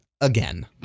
again